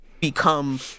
become